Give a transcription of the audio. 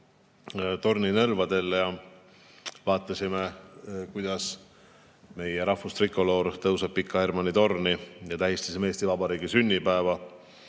Toompea] nõlval ja vaatasime, kuidas meie rahvustrikoloor tõuseb Pika Hermanni torni, ja tähistasime Eesti Vabariigi sünnipäeva,